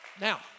Now